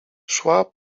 szła